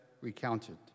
recounted